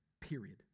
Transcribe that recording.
period